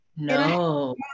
No